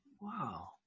Wow